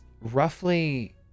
roughly